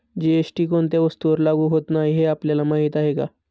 GST कोणत्या वस्तूंवर लागू होत नाही हे आपल्याला माहीत आहे का?